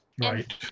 Right